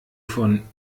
von